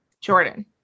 Jordan